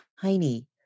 tiny